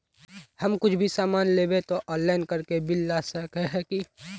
हम कुछ भी सामान लेबे ते ऑनलाइन करके बिल ला सके है की?